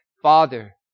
Father